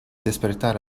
despertar